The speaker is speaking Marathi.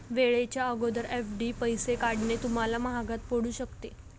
वेळेच्या अगोदर एफ.डी पैसे काढणे तुम्हाला महागात पडू शकते